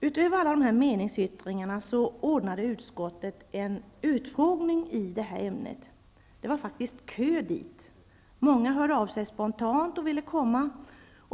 Utöver alla dessa meningsyttringar ordnade utskottet en utfrågning i detta ämne. Det var faktiskt kö dit. Många hörde av sig spontant och ville komma.